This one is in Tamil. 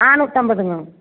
நானூற்றம்பதுங்க